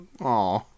Aw